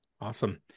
Awesome